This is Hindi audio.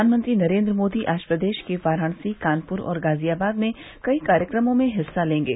प्रधानमंत्री नरेन्द्र मोदी आज प्रदेश के वाराणसी कानपुर और गाजियाबाद में कई कार्यक्रमों में हिस्सा लेंगे